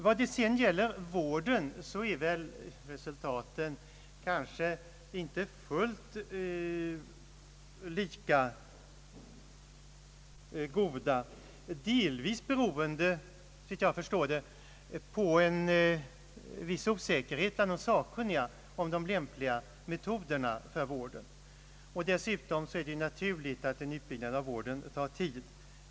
Vad sedan gäller vården är väl resultaten inte fullt lika goda, delvis beroende på — såvitt jag förstår — en viss osäkerhet bland de sakkunniga om de lämpliga metoderna för vården. Dessutom är det naturligt att en utbyggnad av vården tar tid.